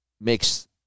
makes